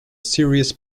serious